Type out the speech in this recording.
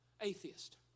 atheist